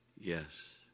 Yes